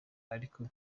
ariko